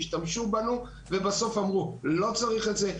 השתמשו בנו ובסוף אמרו שלא צריך את זה.